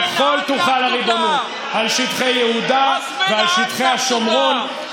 וחול תוחל הריבונות על שטחי יהודה ועל שטחי השומרון,